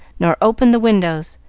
nor opened the windows.